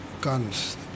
guns